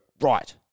right